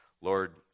Lord